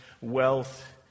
wealth